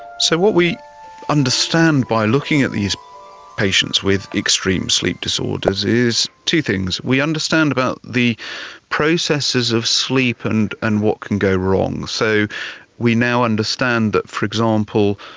so what we understand by looking at these patients with extreme sleep disorders is two things. we understand about the processes of sleep and and what can go wrong, so we now understand that, for example,